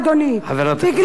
בגלל חרדים,